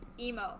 emo